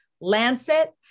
Lancet